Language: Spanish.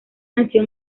nació